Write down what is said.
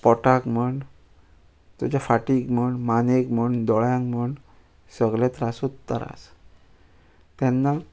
पोटाक म्हण तुज्या फाटीक म्हण मानेक म्हण दोळ्यांक म्हण सगले त्रासूत त्रास तेन्ना